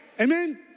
Amen